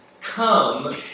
come